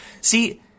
See